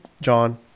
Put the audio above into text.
John